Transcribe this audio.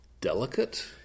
delicate